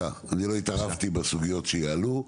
אני לא התערבתי בסוגיות שיעלו.